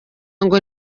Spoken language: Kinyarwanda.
ngo